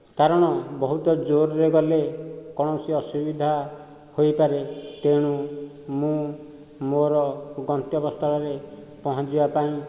କାରଣ ବହୁତ ଜୋରରେ ଗଲେ କୌଣସି ଅସୁବିଧା ହୋଇପାରେ ତେଣୁ ମୁଁ ମୋର ଗନ୍ତବ୍ୟ ସ୍ଥଳରେ ପହଞ୍ଚିବା ପାଇଁ